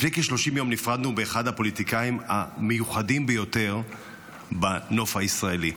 לפני כ-30 יום נפרדנו מאחד הפוליטיקאים המיוחדים ביותר בנוף הישראלי.